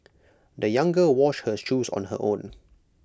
the young girl washed her shoes on her own